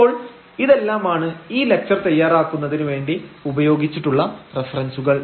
അപ്പോൾ ഇതെല്ലാമാണ് ഈ ലക്ച്ചർ തയ്യാറാക്കുന്നതിന് വേണ്ടി ഉപയോഗിച്ച റഫറൻസുകൾ